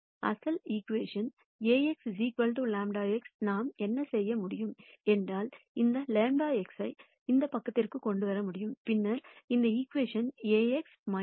எனவே அசல் equation A x λ x நாம் என்ன செய்ய முடியும் என்றால் இந்த λ x ஐ இந்த பக்கத்திற்கு கொண்டு வர முடியும் பின்னர் இந்த ஈகிவேஷன் Ax λ I x 0 பெறுகிறேன்